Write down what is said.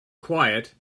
quiet